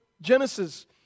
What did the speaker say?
Genesis